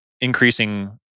increasing